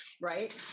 right